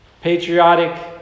patriotic